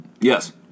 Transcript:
Yes